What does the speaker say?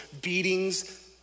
beatings